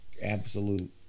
absolute